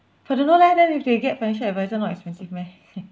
but don't know leh then if they get financial advisor not expensive meh